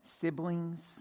siblings